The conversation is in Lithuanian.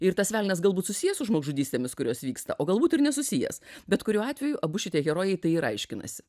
ir tas velnias galbūt susiję su žmogžudystėmis kurios vyksta o galbūt ir nesusijęs bet kuriuo atveju abu šitie herojai tai ir aiškinasi